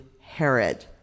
Herod